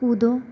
कूदो